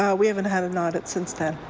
um we haven't had an audit since then.